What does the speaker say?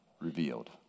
revealed